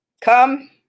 come